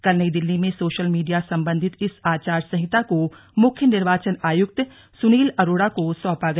कल नई दिल्ली में social media संबंधित इस आचार संहिता को मुख्य निर्वाचन आयुक्त सुनील अरोड़ा को सौंपा गया